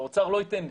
או האוצר לא ייתן לי,